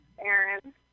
Aaron